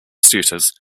suitors